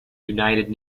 united